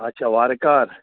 اچھا وارٕکارٕ